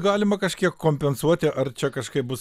galima kažkiek kompensuoti ar čia kažkaip bus